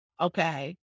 okay